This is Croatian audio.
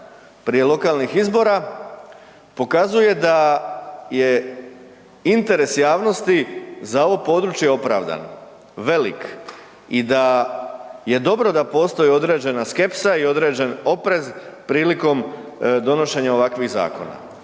prije lokalnih izbora, pokazuje da je interes javnosti za ovo područje opravdan, velik. I da je dobro da postoji određena skepsa i određen oprez prilikom donošenja ovakvih zakona.